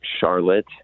Charlotte